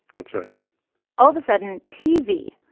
that's right all of a sudden, tv,